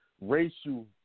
racial